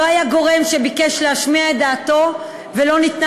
לא היה גורם שביקש להשמיע את דעתו ולא ניתנה